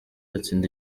atsinda